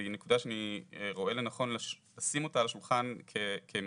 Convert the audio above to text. והיא נקודה שאני רואה לנכון לשים אותה על השולחן כמוקד